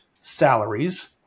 salaries